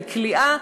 בכליאה,